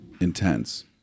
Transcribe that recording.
intense